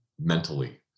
mentally